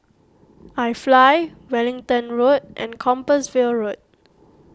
iFly Wellington Road and Compassvale Road